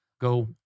Go